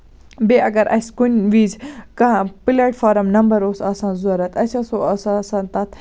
بیٚیہِ اَگر اَسہِ کُنہِ وِزِ کانٛہہ پٕلیٹ فارَم نَمبر اوس آسان ضرورت اَسہِ اوس ہُہ آسان تَتھ